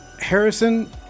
Harrison